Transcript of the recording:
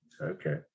Okay